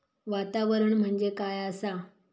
वातावरण म्हणजे काय आसा?